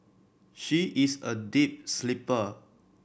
she is a deep sleeper